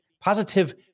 Positive